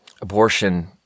abortion